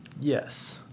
Yes